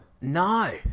No